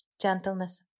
gentleness